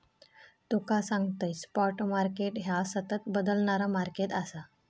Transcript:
तुका सांगतंय, spot market ह्या सतत बदलणारा मार्केट आसा